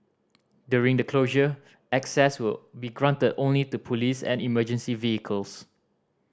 during the closure access will be granted only to police and emergency vehicles